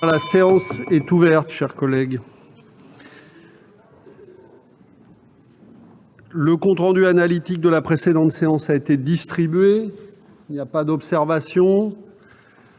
La séance est ouverte. Le compte rendu analytique de la précédente séance a été distribué. Il n'y a pas d'observation